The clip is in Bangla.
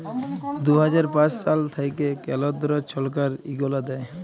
দু হাজার পাঁচ সাল থ্যাইকে কেলদ্র ছরকার ইগলা দেয়